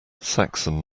saxon